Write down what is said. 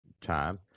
time